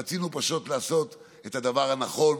רצינו פשוט לעשות את הדבר הנכון,